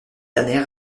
dernière